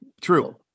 True